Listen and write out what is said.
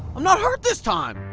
i'm not hurt this time!